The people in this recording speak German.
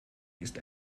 ist